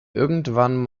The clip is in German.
irgendwann